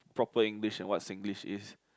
proper English and what Singlish is